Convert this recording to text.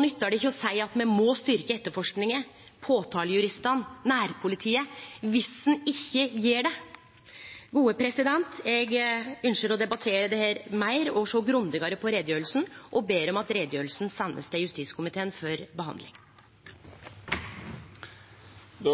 nyttar ikkje å seie at me må styrkje etterforskinga, påtalejuristane og nærpolitiet viss ein ikkje gjer det. Eg ynskjer å debattere dette meir og sjå grundigare på utgreiinga, og ber om at utgreiinga blir send til justiskomiteen for behandling. Jeg